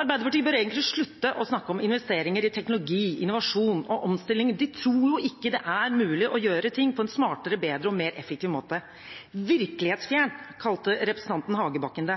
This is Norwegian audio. Arbeiderpartiet bør egentlig slutte å snakke om investeringer i teknologi, innovasjon og omstilling. De tror jo ikke det er mulig å gjøre ting på en smartere, bedre og mer effektiv måte. Virkelighetsfjernt, kalte representanten Hagebakken det.